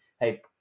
hey